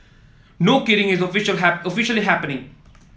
no kidding it's official officially happening